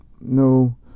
no